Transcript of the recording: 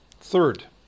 third